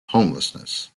homelessness